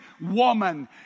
woman